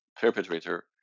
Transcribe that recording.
perpetrator